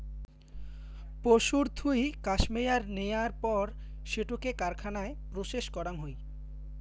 পশুর থুই কাশ্মেয়ার নেয়ার পর সেটোকে কারখানায় প্রসেস করাং হই